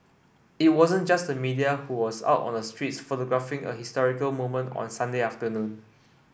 it wasn't just the media who was out on the streets photographing a historical moment on Sunday afternoon